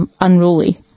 unruly